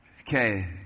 Okay